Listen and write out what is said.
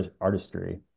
artistry